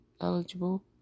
eligible